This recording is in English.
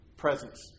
Presence